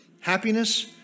Happiness